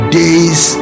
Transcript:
days